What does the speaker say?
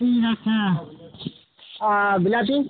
ঠিক আছে আর বিলাতি